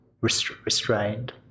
restrained